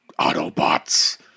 Autobots